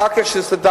ואחר כך כשהסתדרתי,